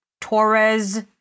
Torres